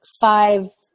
five